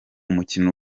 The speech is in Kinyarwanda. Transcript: mukino